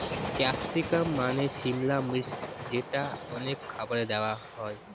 capsicum মানে সিমলা মির্চ যেটা অনেক খাবারে দেওয়া হয়